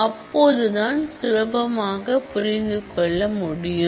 அப்போதுதான் சுலபமாக புரிந்துகொள்ள முடியும்